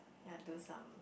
then I do some